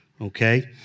okay